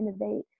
innovate